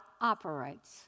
operates